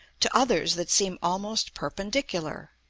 to others that seem almost perpendicular.